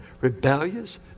rebellious